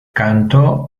cantó